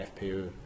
FPU